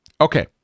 Okay